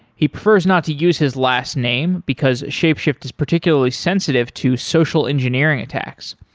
he prefers not to use his last name, because shapeshift is particularly sensitive to social engineering attacks.